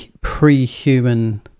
pre-human